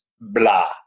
blah